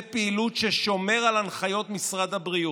פעילות ששומר על הנחיות משרד הבריאות.